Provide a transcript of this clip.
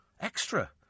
Extra